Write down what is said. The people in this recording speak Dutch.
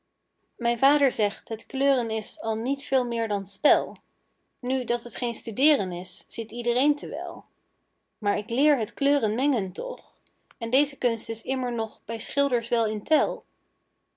mijn vader zegt het kleuren is al niet veel meer dan spel nu dat het geen studeeren is ziet iedereen te wel maar k leer het kleuren mengen toch en deze kunst is immers nog bij schilders wel in tel